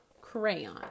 crayon